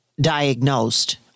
diagnosed